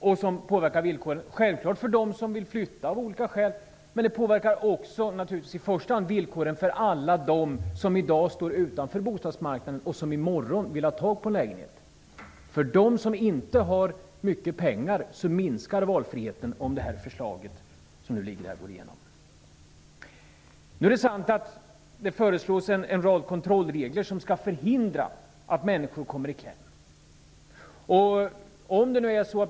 Det här påverkar självklart villkoren för dem som av olika skäl vill flytta. Men i första hand påverkar det villkoren för alla dem som i dag står utanför bostadsmarknaden och som i morgon vill ha tag i en lägenhet. För dem som inte har mycket pengar minskar valfriheten om föreliggande förslag går igenom. Det är sant att det föreslås en rad kontrollregler som skall förhindra att människor kommer i kläm.